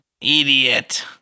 idiot